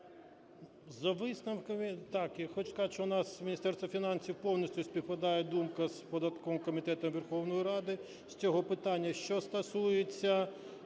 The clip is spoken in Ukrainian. так, я хочу сказати, що в нас, Міністерства фінансів повністю співпадає думка з податковим комітетом Верховної Ради з цього питання. Що стосується